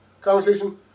conversation